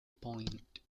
point